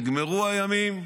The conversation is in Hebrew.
נגמרו הימים